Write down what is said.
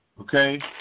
okay